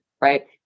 right